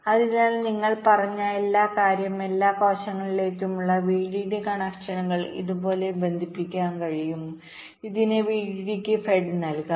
അതിനാൽ നിങ്ങൾ പറഞ്ഞ കാര്യം എല്ലാ കോശങ്ങളിലുമുള്ള വിഡിഡി കണക്ഷനുകൾ ഇതുപോലെ ബന്ധിപ്പിക്കാൻ കഴിയും ഇത് വിഡിഡിക്ക് ഫെഡ് നൽകാം